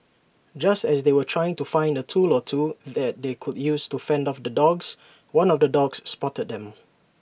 just as they were trying to find A tool or two that they could use to fend off the dogs one of the dogs spotted them